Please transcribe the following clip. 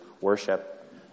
worship